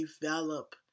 develop